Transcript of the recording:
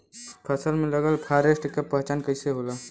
फसल में लगल फारेस्ट के पहचान कइसे होला?